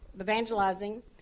evangelizing